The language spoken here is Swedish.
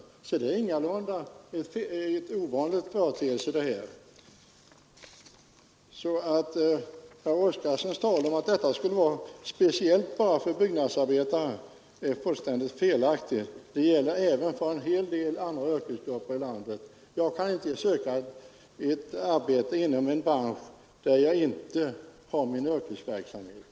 Det här är alltså ingalunda någon ovanlig företeelse, och herr Oskarsons tal om att detta skulle vara någonting speciellt för byggnadsarbetarna är fullständigt felaktigt. Det gäller även för en hel del andra yrkesgrupper i landet. Jag kan inte söka ett arbete inom en bransch där jag inte har min yrkesverksamhet.